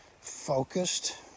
focused